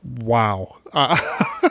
Wow